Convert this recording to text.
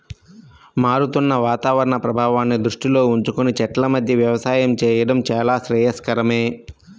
మారుతున్న వాతావరణ ప్రభావాన్ని దృష్టిలో ఉంచుకొని చెట్ల మధ్య వ్యవసాయం చేయడం చాలా శ్రేయస్కరమే